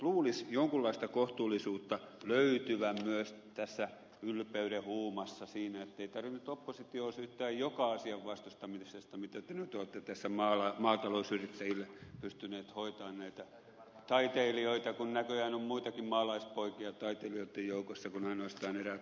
luulisi jonkunlaista kohtuullisuutta löytyvän myös tässä ylpeyden huumassa siinä ettei tarvitse nyt oppositiota syyttää joka asian vastustamisesta mitä te nyt olette tässä maatalousyrittäjille pystyneet hoitamaan näitä taiteilijoita kun näköjään on muitakin maalaispoikia taiteilijoitten joukossa kuin ainoastaan eräät tunnetuimmat